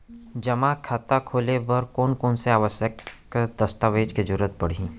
जेमा खाता खोले बर कोन कोन से आवश्यक दस्तावेज के जरूरत परही?